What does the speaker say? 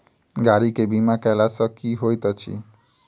गाड़ी केँ बीमा कैला सँ की होइत अछि?